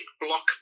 block